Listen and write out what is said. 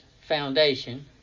foundation